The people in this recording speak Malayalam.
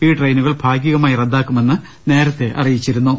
ഈ ട്രെയിനുകൾ ഭാഗികമായി റദ്ദാക്കുമെന്ന് നേരത്തെ അറിയിച്ചിരു ന്നു